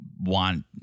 want